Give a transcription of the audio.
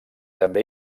també